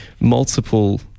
multiple